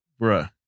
Bruh